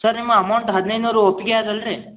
sir ನಿಮ್ಮ amount ಹದಿನೈದು ನೂರು ಒಪ್ಪಿಗೆ ಅದ ಅಲ್ರಿ